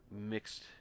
mixed